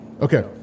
Okay